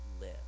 live